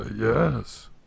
Yes